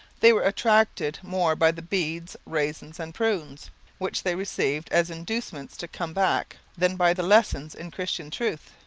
they were attracted more by the beads, raisins, and prunes' which they received as inducements to come back than by the lessons in christian truth.